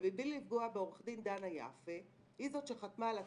ובלי לפגוע בעורכת הדין דנה יפה שהיא זו שחתמה על התקנות,